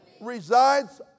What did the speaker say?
resides